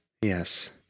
Yes